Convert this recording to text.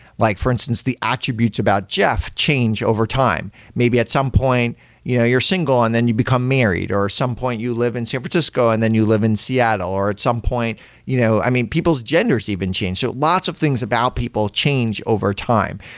like for instance, the attributes about jeff change over time. maybe at some point you know you're single, and then you become married, or at some point you live in san francisco, and then you live in seattle, or at some point you know i mean, people's genders even change. so lots of things about people change overtime.